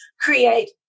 create